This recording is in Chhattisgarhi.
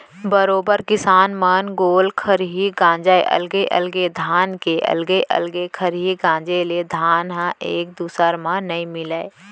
बरोबर किसान मन गोल खरही गांजय अलगे अलगे धान के अलगे अलग खरही गांजे ले धान ह एक दूसर म नइ मिलय